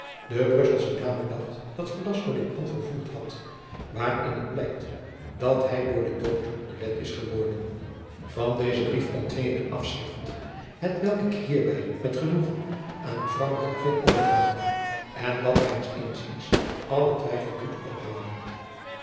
de brusselsche dame dacht dat velasco dit plan volvoerd had waarin het blijkt dat hij door den dood belet is geworden van dezen brief ontfing ik een afschrift hetwelk ik hierbij met genoegen aan mevrouw de gravin overhandig en dat mijns inziens allen twijfel doet ophouden